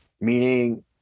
Meaning